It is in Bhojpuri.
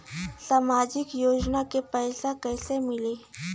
सामाजिक योजना के पैसा कइसे मिली?